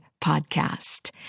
podcast